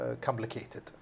complicated